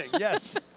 yes.